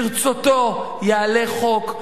ברצותו יעלה חוק,